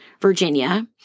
Virginia